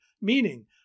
meaning